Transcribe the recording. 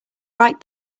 right